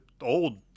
old